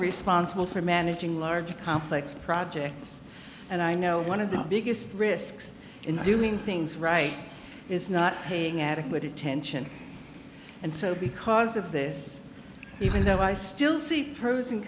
responsible for managing large complex projects and i know one of the biggest risks in doing things right is not paying adequate attention and so because of this even though i still see pros and